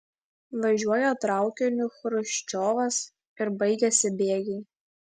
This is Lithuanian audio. važiuoja traukiniu chruščiovas ir baigiasi bėgiai